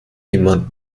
jemand